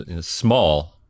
small